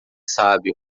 sábio